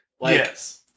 Yes